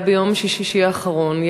ביום שישי האחרון,